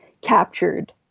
captured